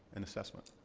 and assessment.